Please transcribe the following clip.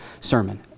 sermon